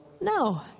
No